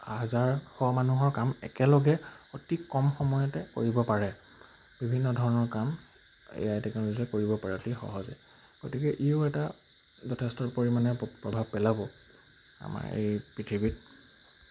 হাজাৰ শ মানুহৰ কাম একেলগে অতি কম সময়তে কৰিব পাৰে বিভিন্ন ধৰণৰ কাম এ আই টেকন'ল'জিয়ে কৰিব পাৰে অতি সহজে গতিকে ইও এটা যথেষ্ট পৰিমাণে প্ৰভাৱ পেলাব আমাৰ এই পৃথিৱীত